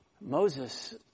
Moses